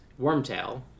Wormtail